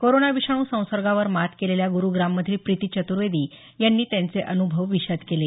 corona विषाणू संसर्गावर मात केलेल्या गुरुग्राममधील प्रिती चतुर्वेदी यांनी त्यांचे अनुभव विशद केले